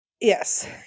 Yes